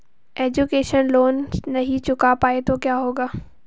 Education loan नहीं चुका पाए तो क्या होगा?